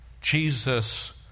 Jesus